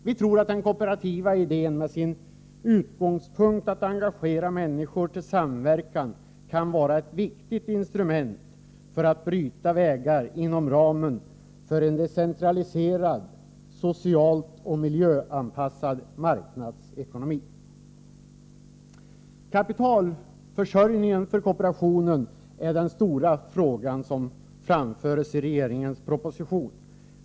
Vi tror att den kooperativa idén med sin utgångspunkt att engagera människor till samverkan kan vara ett viktigt instrument för att bryta vägar inom ramen för en decentraliserad, socialt och miljömässigt anpassad marknadsekonomi. Kapitalförsörjningen för kooperationen är den stora fråga som framförs i regeringens proposition.